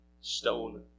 stone